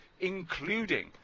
including